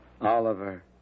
Oliver